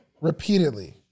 Repeatedly